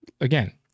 again